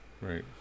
Right